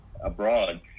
abroad